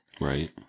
Right